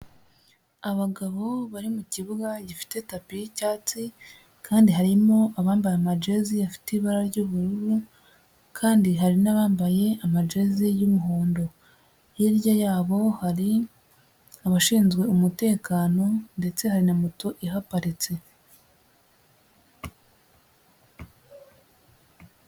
Abagabo bari mu kibuga gifite tapi y'icyatsi kandi harimo abambaye amajezi afite ibara ry'ubururu kandi hari n'abambaye amajezi y'umuhondo, hirya yabo hari abashinzwe umutekano ndetse hari na moto ihaparitse.